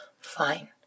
Fine